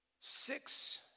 Six